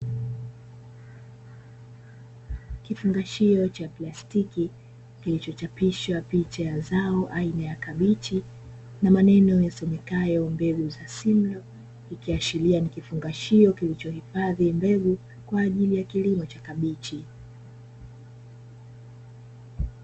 Kifungashio cha plastiki kilichochapisha picha ya zao aina ya kabichi na maneno yasomekayo mbegu aina za simlo, ikiashiria ni kifungashio kilichohifadhi mbegu kwa ajili ya kilimo cha kabichi.